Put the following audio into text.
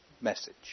message